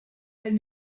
elle